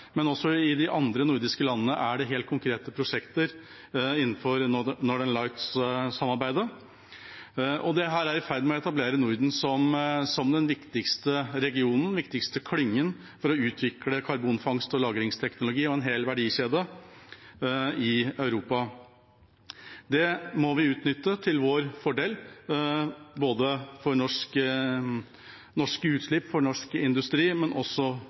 men også i de andre nordiske landene er det helt konkrete prosjekter innenfor Northern Lights-samarbeidet, og dette er i ferd med å etablere Norden som den viktigste regionen, den viktigste klyngen, for å utvikle karbonfangst og -lagringsteknologi og en hel verdikjede i Europa. Det må vi utnytte til vår fordel – både for norske utslipp, for norsk industri og også